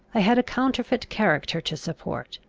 i had a counterfeit character to support.